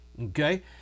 okay